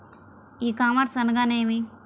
ఈ కామర్స్ అనగా నేమి?